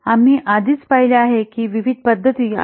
आम्ही आधीच पाहिले आहे की विविध पद्धती आहेत